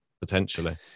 potentially